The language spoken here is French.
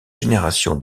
génération